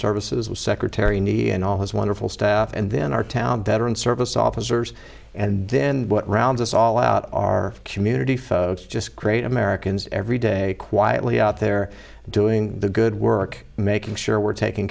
services secretary need and all his wonderful staff and then our town veteran service officers and then what rounds us all out are community folks just great americans every day quietly out there doing the good work making sure we're taking